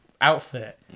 outfit